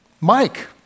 Mike